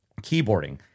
keyboarding